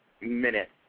minute